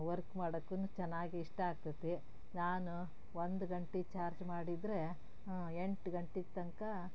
work ಮಾಡಕ್ಕೂನು ಚೆನ್ನಾಗಿ ಇಷ್ಟ ಆಗ್ತೈತಿ ನಾನು ಒಂದು ಗಂಟೆ ಚಾರ್ಜ್ ಮಾಡಿದರೆ ಎಂಟು ಗಂಟೆ ತನಕ